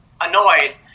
annoyed